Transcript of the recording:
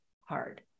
hard